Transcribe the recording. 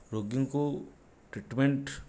ରୋଗୀଙ୍କୁ ଟ୍ରିଟ୍ମେଣ୍ଟ୍